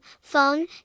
phone